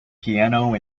piano